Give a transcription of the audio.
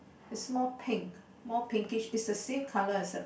is more pink more pinkish is the same colour as a